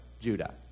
Judah